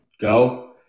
go